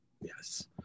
Yes